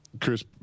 Chris